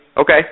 Okay